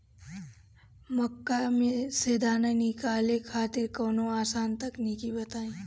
मक्का से दाना निकाले खातिर कवनो आसान तकनीक बताईं?